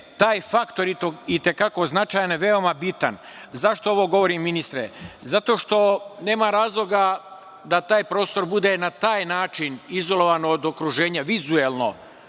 taj faktor i te kako značajan je veoma bitan.Zašto ovo govorim ministre? Zato što nema razloga da taj prostor bude na taj način izolovan od okruženja vizuelno